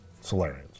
Solarians